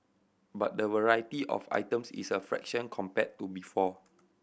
but the variety of items is a fraction compared to before